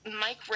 Mike